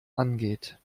angeht